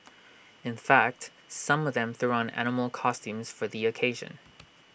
in fact some of them threw on animal costumes for the occasion